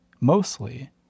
Mostly